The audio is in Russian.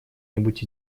нибудь